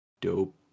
Dope